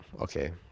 Okay